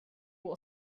will